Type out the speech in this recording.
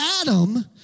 Adam